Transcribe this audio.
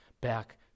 back